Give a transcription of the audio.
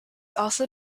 also